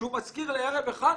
כשהוא משכיר לערב אחד?